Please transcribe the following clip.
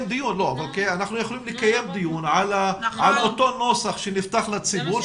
דיון על אותו נוסח שנפתח לציבור,